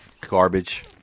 garbage